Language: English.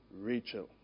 Rachel